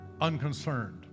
unconcerned